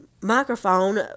microphone